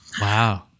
Wow